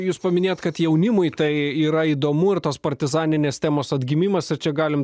jūs paminėjot kad jaunimui tai yra įdomu ir tos partizaninės temos atgimimas ar čia galim